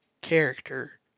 character